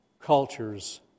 culture's